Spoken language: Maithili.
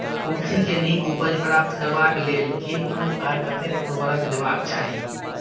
कुर्थी केँ नीक उपज प्राप्त करबाक लेल केँ कुन आ कतेक उर्वरक देबाक चाहि?